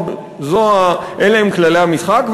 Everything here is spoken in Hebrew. ואלה הם כללי המשחק,